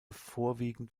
vorwiegend